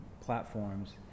platforms